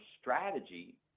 strategy –